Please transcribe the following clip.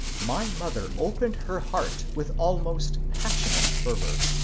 my mother opened her heart with almost passionate fervour.